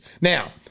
Now